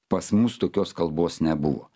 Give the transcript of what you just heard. pas mus tokios kalbos nebuvo